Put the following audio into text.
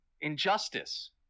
Injustice